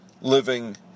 living